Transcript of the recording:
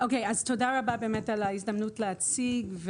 רבה באמת על ההזדמנות להציג.